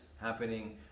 happening